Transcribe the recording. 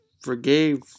forgave